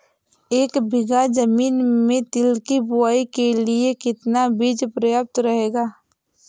एक बीघा ज़मीन में तिल की बुआई के लिए कितना बीज प्रयाप्त रहेगा?